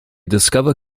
discover